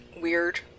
weird